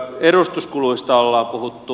edustuskuluista ollaan puhuttu